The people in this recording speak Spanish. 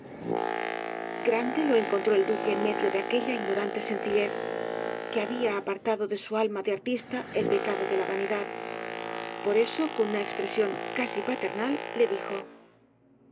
grande lo encontró el duque en medio de aquella ignorante sencillez que había apartado de su alma de artista el pecado de la vanidad por eso con una expresión casi paternal le dijo